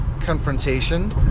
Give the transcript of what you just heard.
confrontation